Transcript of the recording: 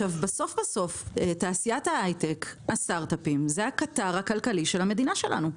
בסוף בסוף תעשיית הייטק והסטארטאפים הם הקטר הכלכלי של המדינה שלנו.